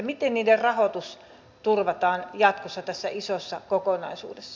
miten niiden rahoitus turvataan jatkossa tässä isossa kokonaisuudessa